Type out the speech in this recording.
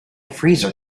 freezer